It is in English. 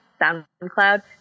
SoundCloud